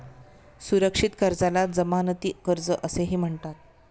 सुरक्षित कर्जाला जमानती कर्ज असेही म्हणतात